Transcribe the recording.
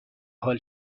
حال